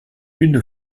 une